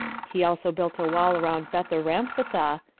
he also built a wall round betharamphtha,